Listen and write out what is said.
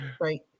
Right